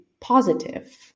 positive